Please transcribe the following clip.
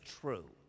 true